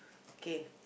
okay